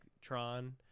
tron